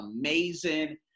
amazing